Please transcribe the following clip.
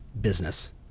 Business